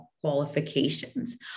qualifications